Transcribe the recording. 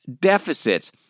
deficits